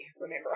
remember